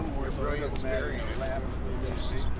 their brilliance varying at the whim of the mists.